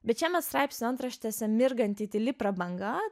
bet čia mes straipsnių antraštėse mirgantį tyli prabanga